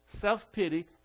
self-pity